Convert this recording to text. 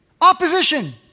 Opposition